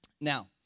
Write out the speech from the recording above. Now